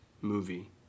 movie